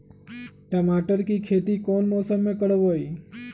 टमाटर की खेती कौन मौसम में करवाई?